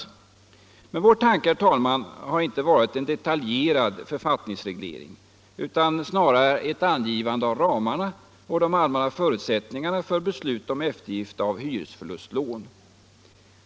Men vår tanke, herr talman, har inte varit en detaljerad författningsreglering utan snarare ett angivande av ramarna och de all männa förutsättningarna för beslut om eftergift av hyresförlustlån.